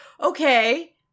Okay